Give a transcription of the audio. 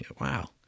Wow